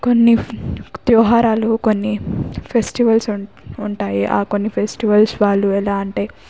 కొన్ని త్యోహార్లు కొన్ని ఫెస్టివల్స్ ఉంటాయి ఆ కొన్ని ఫెస్టివల్స్ వాళ్ళు ఎలా అంటే